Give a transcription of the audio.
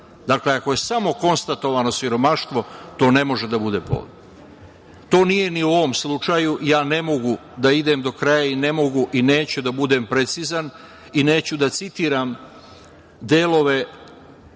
Dakle, ako je samo konstatovano siromaštvo, to ne može da bude povod. To nije ni u ovom slučaju. Ne mogu da idem do kraja i ne mogu i neću da budem precizan i neću da citiram delove